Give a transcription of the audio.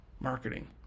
marketing